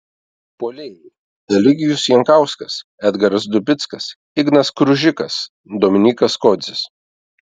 puolėjai eligijus jankauskas edgaras dubickas ignas kružikas dominykas kodzis